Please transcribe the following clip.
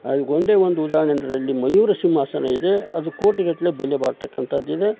ಅದಕ್ಕೊಂದೇ ಒಂದು ಉದಾಹರಣೆ ಅಂದರೆ ಅಲ್ಲಿ ಮಯೂರ ಸಿಂಹಾಸನ ಇದೆ ಅದು ಕೋಟಿಗಟ್ಟಲೆ ಬೆಲೆ ಬಾಳ್ತಕ್ಕಂಥದ್ದಿದೆ